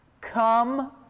come